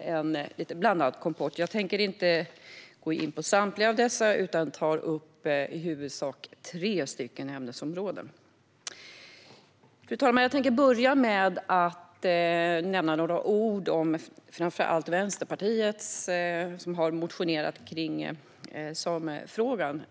Det är en blandad kompott. Jag tänker inte gå in på samtliga dessa utan kommer i huvudsak att ta upp tre ämnesområden. Fru talman! Jag tänker börja med att säga några ord om framför allt Vänsterpartiet, som har motionerat om samefrågan,